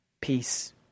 peace